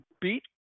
beat